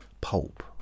pulp